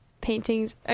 paintings